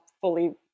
fully